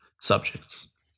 subjects